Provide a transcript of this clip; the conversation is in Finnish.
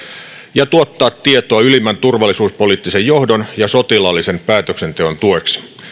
ja tuottaa tietoa ylimmän turvallisuuspoliittisen johdon ja sotilaallisen päätöksenteon tueksi